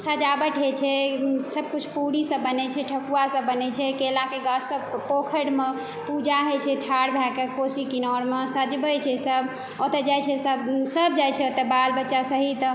सजावट होइ छै सबकिछु पूरी सब बनै छै ठकुआ सब बनै छै केलाके गाछ सब पोखरिमे पूजा होइ छै ठार भएके कोसी किनारमे सजबै छै सब ओतऽ जाइ छै सब सब जाइ छै ओतऽ बाल बच्चा सहित